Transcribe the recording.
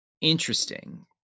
Interesting